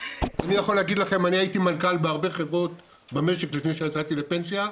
אני הייתי מנכ"ל בהרבה חברות במשק לפני שיצאתי לפנסיה.